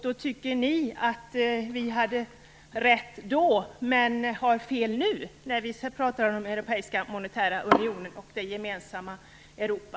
Då tycker ni att vi hade rätt då, men att vi har fel nu när det gäller den europeiska monetära unionen och det gemensamma Europa.